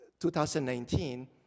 2019